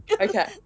Okay